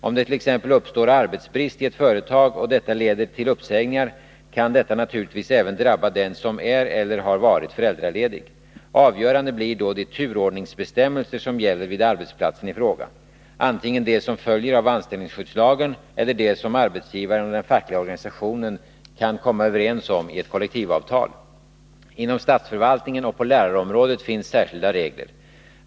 Om det t.ex. uppstår arbetsbrist i ett företag och detta leder till uppsägningar kan detta naturligtvis även drabba den som är eller har varit föräldraledig. Avgörande blir då de turordningsbestämmelser som gäller vid arbetsplatsen i fråga, antingen de som följer av anställningsskyddslagen eller de som arbetsgivaren och den fackliga organisationen kan komma överens om i ett kollektivavtal. Inom statsförvaltningen och på lärarområdet finns särskilda regler.